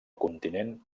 continent